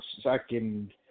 second